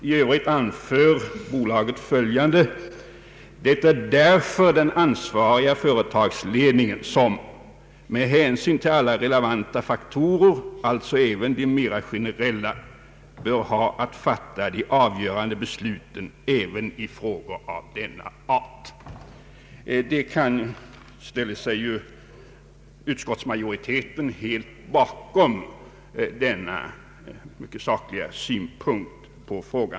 I övrigt anför bolaget följande: ”Det är därför den ansvariga företagsledningen som — med hänsyn till alla relevanta faktorer, alltså även de mer generella — bör ha att fatta de avgörande besluten även i frågor av denna art.” Utskottsmajoriteten ställer sig helt bakom denna mycket sakliga synpunkt.